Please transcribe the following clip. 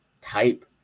type